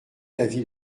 l’avis